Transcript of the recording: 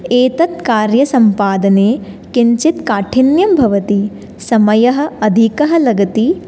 एतद् कार्यसम्पादने किञ्चित् काठिन्यं भवति समयः अधिकः लगति